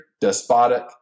despotic